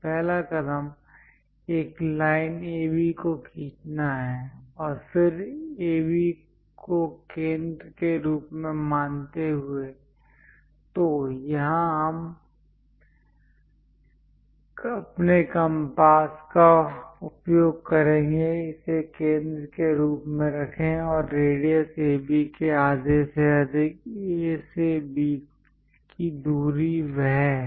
पहला कदम एक लाइन AB को खींचना है और फिर A को केंद्र के रूप में मानते हुए तो यहाँ हम अपने कम्पास का उपयोग करेंगे इसे केंद्र के रूप में रखें और रेडियस AB के आधे से अधिक A से B की दूरी वह है